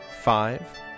Five